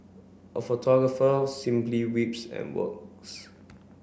a photographer simply weeps and works